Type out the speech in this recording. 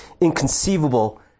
inconceivable